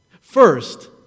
First